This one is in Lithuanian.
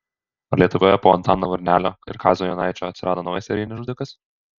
ar lietuvoje po antano varnelio ir kazio jonaičio atsirado naujas serijinis žudikas